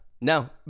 No